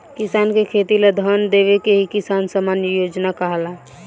किसान के खेती ला धन देवे के ही किसान सम्मान योजना कहाला